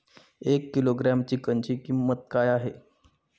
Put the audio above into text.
एक किलोग्रॅम चिकनची किंमत काय आहे?